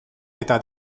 eta